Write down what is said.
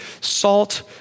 salt